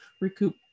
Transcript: recoup